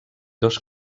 dos